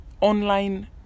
online